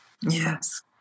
yes